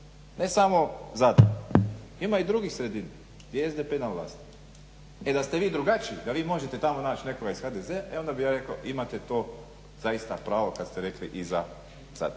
ne samo …, ima i drugih sredina gdje je SDP na vlasti. E da ste vi drugačiji, da vi možete tamo naći nekoga iz HDZ-a onda bi ja rekao imate to zaista pravo kad ste rekli i za ….